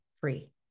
free